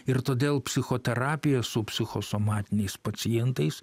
ir todėl psichoterapija su psichosomatiniais pacientais